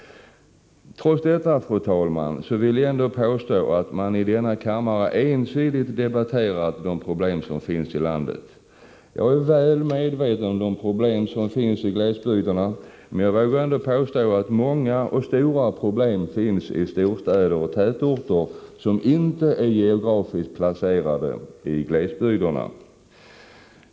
Trots detta, fru talman, vill jag påstå att man i denna kammare ensidigt har debatterat de problem som finns i landet. Jag är väl medveten om de problem som finns i glesbygderna men vågar ändå påstå att många och stora problem finns i storstäder och tätorter som inte är geografiskt placerade i glesbygderna.